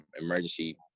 emergency